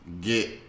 get